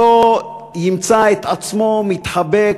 שלא ימצא את עצמו מתחבא,